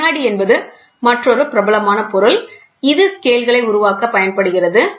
கண்ணாடி என்பது மற்றொரு பிரபலமான பொருள் இது ஸ்கேல்களை உருவாக்க பயன்படுகிறது